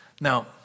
Now